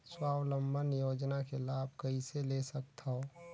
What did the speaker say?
स्वावलंबन योजना के लाभ कइसे ले सकथव?